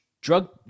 Drug